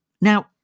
Now